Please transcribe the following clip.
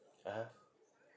(uh huh)